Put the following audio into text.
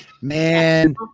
Man